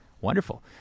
Wonderful